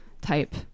type